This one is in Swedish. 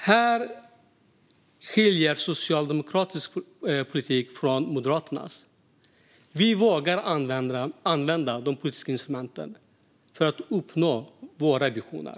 Här skiljer sig Socialdemokraternas politik från Moderaternas. Vi vågar använda de politiska instrumenten för att uppnå våra ambitioner.